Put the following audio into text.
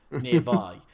nearby